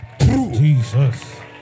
Jesus